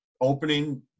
opening